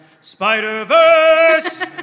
Spider-Verse